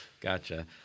Gotcha